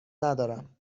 ندارم